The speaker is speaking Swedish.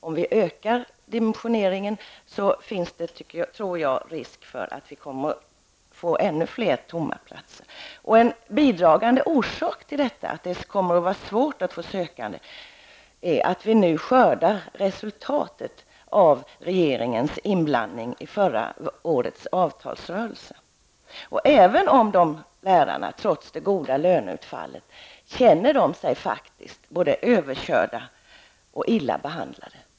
Om vi ökar dimensioneringen tror jag att det finns risk för att vi kommer att få ännu fler tomma platser. En bidragande orsak till att det kommer att vara svårt att få sökande är att vi nu skördar resultatet av regeringens inblandning i förra årets avtalsrörelse. Lärarna känner sig trots det goda löneutfallet både överkörda och illa behandlade.